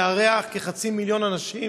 לארח כחצי מיליון אנשים